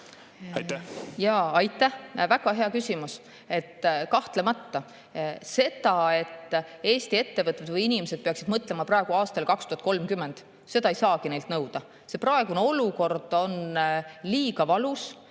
Aitäh! Väga hea küsimus. Kahtlemata, seda, et Eesti ettevõtlus või inimesed peaksid mõtlema praegu aastale 2030, ei saagi neilt nõuda. Praegune olukord on liiga valus.